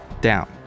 down